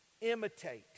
imitate